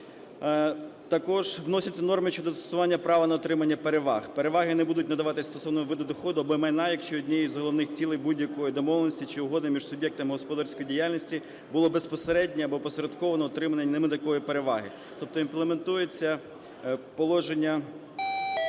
Також вносяться норми щодо застосування права на отримання переваг. Переваги не будуть надаватися стосовно виду доходу або майна, якщо однією з головних цілей будь-якої домовленості чи угоди між суб'єктами господарської діяльності було безпосередньо або опосередковано отримання ними такої переваги, тобто імплементується положення